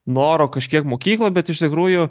noro kažkiek mokyklą bet iš tikrųjų